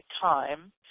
time